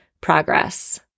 progress